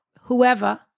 whoever